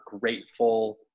grateful